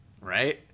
Right